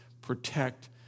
protect